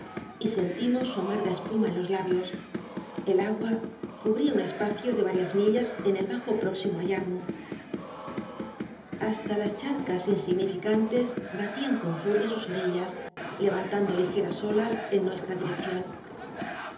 y sentimos su amarga espuma en los labios el agua cubria un espacio de varias millas en el bajo próximo ri yarmouth hasta las charcas insignificantes balian con furia sus orillas levantando ligeras olas en nuestra direccion